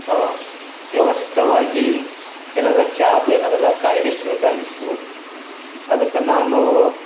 ವ್ಯವಸ್ಥಿತವಾಗಿ ಏನಾದ್ರು ಕ್ಯಾಬ್ ಏನದೆಲ್ಲ ಕಾಯ್ದಿರಿಸ್ಬೇಕಾಗಿತ್ತು ಅದಕ್ಕೆ ನಾನು